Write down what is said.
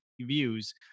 views